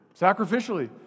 sacrificially